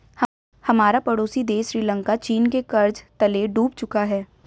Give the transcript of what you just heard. हमारा पड़ोसी देश श्रीलंका चीन के कर्ज तले डूब चुका है